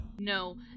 No